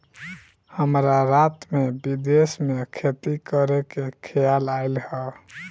हमरा रात में विदेश में खेती करे के खेआल आइल ह